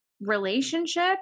relationship